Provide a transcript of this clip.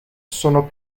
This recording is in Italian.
sono